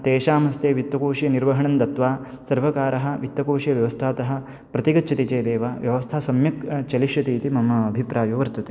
तेषां हस्ते वित्तकोषे निर्वहणं दत्वा सर्वकारः वित्तकोष व्यवस्थातः प्रति गच्छति चेदेव व्यवस्था सम्यक् चलिष्यति इति मम अभिप्रायो वर्तते